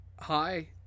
Hi